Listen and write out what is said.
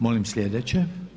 Molim sljedeće.